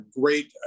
great